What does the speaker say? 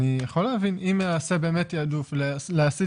אני יכול להבין שאם יעשה תיעדוף להסיט